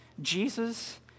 Jesus